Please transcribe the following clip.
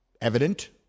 evident